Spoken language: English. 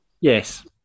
Yes